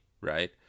right